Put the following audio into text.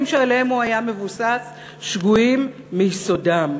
שעליהם הוא היה מבוסס שגויים מיסודם.